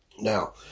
now